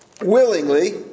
willingly